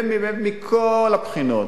מכל הבחינות,